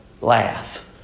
laugh